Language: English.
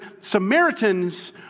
Samaritans